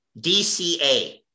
dca